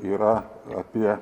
yra apie